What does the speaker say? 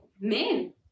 Men